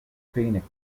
phoenix